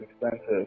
expensive